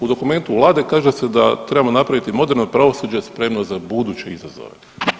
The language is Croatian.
U dokumentu Vlade kaže se da trebamo napraviti moderno pravosuđe spremno za buduće izazove.